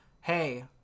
hey